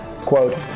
quote